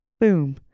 Boom